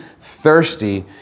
thirsty